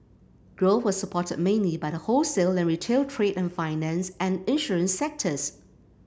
growth was supported mainly by the wholesale and retail trade and finance and insurance sectors